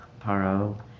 paro